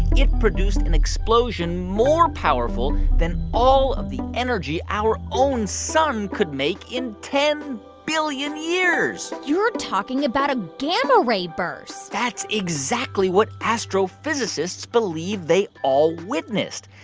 it produced an explosion more powerful than all of the energy our own sun could make in ten billion years you're talking about a gamma ray burst that's exactly what astrophysicists believe they all witnessed.